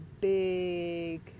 big